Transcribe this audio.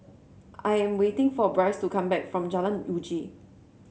I am waiting for Brice to come back from Jalan Uji